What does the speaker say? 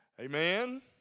Amen